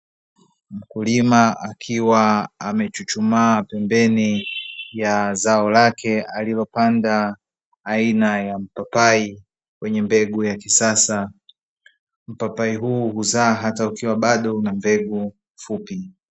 Mkulima akiwa amechuchumaa pembeni ya zao lake alilopanda aina ya mpapai yenye mbegu ya kisasa, mpapai huu huzaa hata ukiwa bado una mbegu fupi.